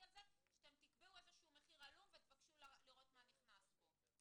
על זה שאתם תקבעו איזשהו מחיר עלום ותבקשו לראות מה נכנס בו.